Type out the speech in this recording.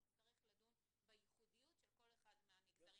אנחנו נצטרך לדון בייחודיות של כל אחד מהמגזרים